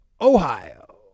Ohio